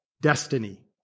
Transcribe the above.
destiny